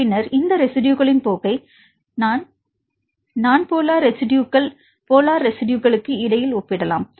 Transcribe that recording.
பின்னர் இந்த ரெஸிட்யுகளின் போக்கை குறிப்பாக நான் போலார் ரெஸிட்யுகள் போலார் ரெஸிட்யுகளுக்கு இடையில் ஒப்பிடலாம்